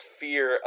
fear